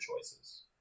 choices